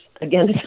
again